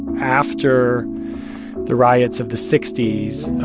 after the riots of the sixty s,